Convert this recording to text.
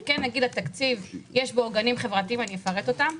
אני כן אגיד שבתקציב יש עוגנים חברתיים ואני אפרט אותם.